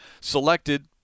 selected